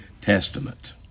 Testament